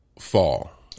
fall